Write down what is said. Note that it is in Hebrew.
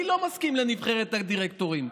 אני לא מסכים לנבחרת הדירקטורים,